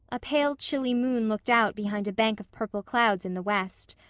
a pale chilly moon looked out behind a bank of purple clouds in the west.